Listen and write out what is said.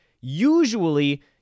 usually